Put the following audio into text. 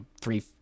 three